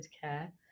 care